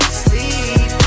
sleep